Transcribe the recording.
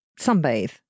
sunbathe